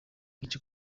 iki